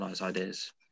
ideas